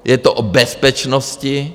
Je to o bezpečnosti.